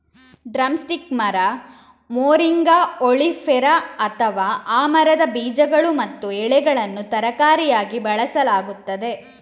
drum stick ಮರ, moringa oleifera, ಅಥವಾ ಆ ಮರದ ಬೀಜಗಳು ಮತ್ತು ಎಲೆಗಳನ್ನು ತರಕಾರಿಯಾಗಿ ಬಳಸಲಾಗುತ್ತದೆ